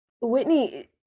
Whitney